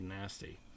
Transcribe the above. nasty